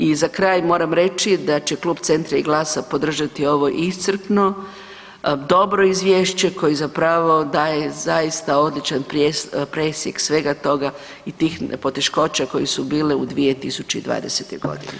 I za kraj moram reći da će Klub Centra i Glasa podržati ovo iscrpno, dobro izvješće koje zapravo daje zaista odličan presjek svega toga i tih poteškoća koje su bile u 2020. godini.